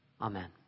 Amen